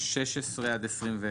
31 ו-32.